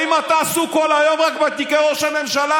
האם אתה עסוק כל היום רק בתיקי ראש הממשלה?